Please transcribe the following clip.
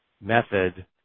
method